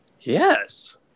Yes